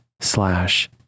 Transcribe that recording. slash